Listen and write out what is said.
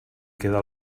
queda